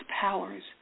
powers